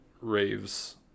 raves